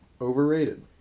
overrated